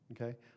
Okay